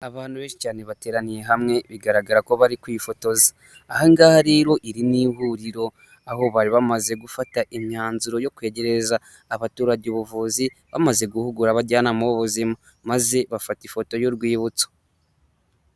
Abantu bi cyane bateraniye hamwe bigaragara ko bari kwifotoza, aha ngaha rero iri ni ihuriro aho bari bamaze gufata imyanzuro yo kwegereza abaturage ubuvuzi, bamaze guhugura abajyanama b'ubuzima maze bafata ifoto y'urwibutso.